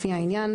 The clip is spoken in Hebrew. לפי העניין,